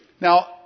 Now